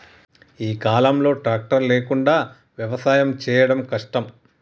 ఈ కాలం లో ట్రాక్టర్ లేకుండా వ్యవసాయం చేయడం కష్టం